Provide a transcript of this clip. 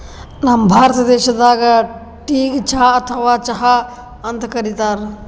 ನಮ್ ಭಾರತ ದೇಶದಾಗ್ ಟೀಗ್ ಚಾ ಅಥವಾ ಚಹಾ ಅಂತ್ ಕರಿತಾರ್